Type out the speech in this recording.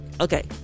Okay